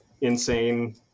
insane